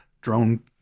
drone